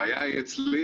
הבעיה היא אצלי,